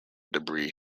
debris